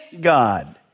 God